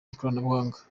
ikoranabuhanga